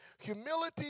Humility